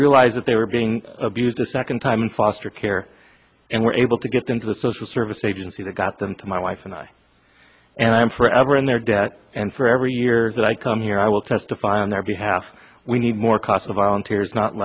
realized that they were being abused a second time in foster care and were able to get them to the social service agency that got them to my wife and i and i am forever in their debt and for every year that i come here i will testify on their behalf we need more cost of volunteers not